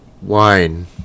wine